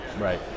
right